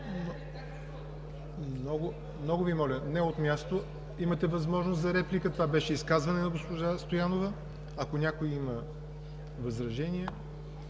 Много Ви моля, не от място, имате възможност за реплика. Това беше изказване на госпожа Стоянова. Ако някой има възражения,